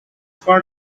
part